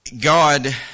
God